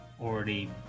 already